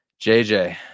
JJ